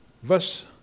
Verse